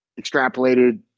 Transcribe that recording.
extrapolated